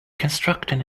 constructing